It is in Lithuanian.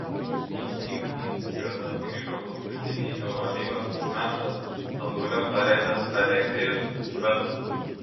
į chimki gretas grįžo paskutinį eurolygos mačą stambule praleidęs aleksejus švedas